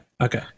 Okay